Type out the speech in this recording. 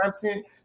content